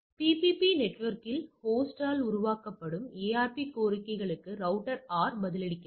எனவே பிபிபி நெட்வொர்க்கில் ஹோஸ்டால் உருவாக்கப்படும் ARP கோரிக்கைகளுக்கு ரௌட்டர் R பதிலளிக்கிறது